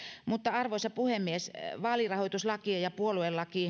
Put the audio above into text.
mutta arvoisa puhemies vaalirahoituslakia ja puoluelakia